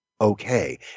okay